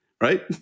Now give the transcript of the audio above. right